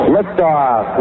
Liftoff